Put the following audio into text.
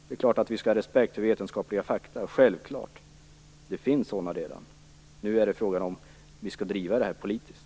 Det är klart att vi skall ha respekt för vetenskapliga fakta, men det finns redan sådana. Frågan är nu om vi skall driva det här politiskt.